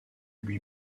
lui